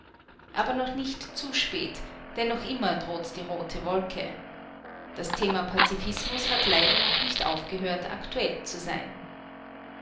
aber noch nicht zu spät denn noch immer droht die rote wolke das thema pazifismus hat leider noch nicht aufgehört aktuell zu sein